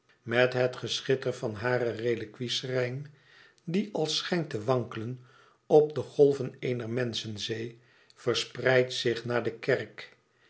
met het geschitter van haren reliquie schrijn die als schijnt te wankelen op de golven eener menschenzee verspreidt zich naar de kerk